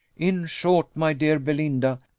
in short, my dear belinda,